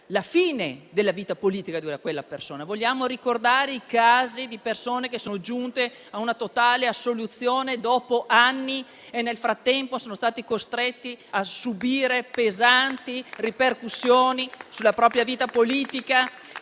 la fine della sua vita politica. Vogliamo ricordare i casi di persone che sono giunte a una totale assoluzione dopo anni e nel frattempo sono state costrette a subire pesanti ripercussioni sulla propria vita politica